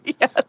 Yes